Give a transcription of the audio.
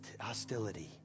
hostility